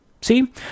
See